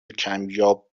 کمیاب